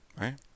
right